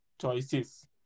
choices